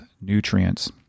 nutrients